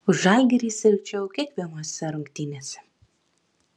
už žalgirį sirgčiau kiekvienose rungtynėse